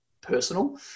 personal